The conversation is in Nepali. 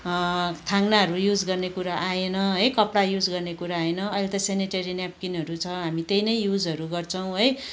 थाङ्नाहरू युज गर्ने कुरा आएन है कपडा युज गर्ने कुरा होइन अहिले त सेनेटिरी नेपकिनहरू छ हामी त्यही नै युजहरू गर्छौँ है